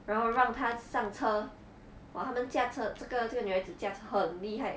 然后让他上车 !wah! 他们驾车这个这个女孩子驾车很厉害